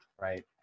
Right